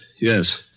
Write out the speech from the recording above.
Yes